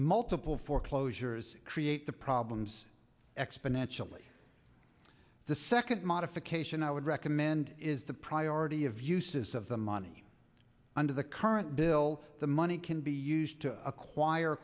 multiple foreclosures create the problems exponentially the second modification i would recommend is the priority of uses of the money under the current bill the money can be used to acquire